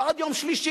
ועד יום שלישי,